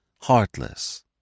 heartless